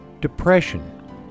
Depression